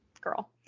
girl